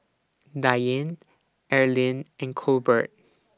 Diane Arlyn and Colbert